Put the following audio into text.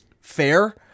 fair